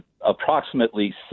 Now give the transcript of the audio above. approximately